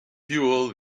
fuel